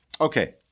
Okay